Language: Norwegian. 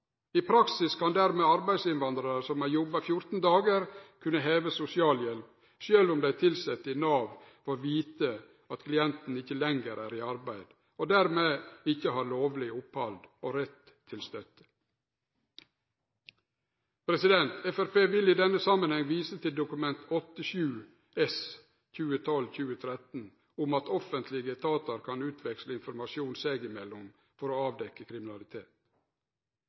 I praksis kan dermed arbeidsinnvandrarar som har jobba i 14 dagar, kunne heve sosialhjelp, sjølv om dei tilsette i Nav får vite at klienten ikkje lenger er i arbeid og dermed ikkje har lovleg opphald og rett til stønad. Framstegspartiet vil i denne samanheng vise til Dokument 8:7 S for 2012–2013 om at offentlege etatar kan utveksle informasjon seg imellom for å avdekkje kriminalitet.